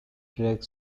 track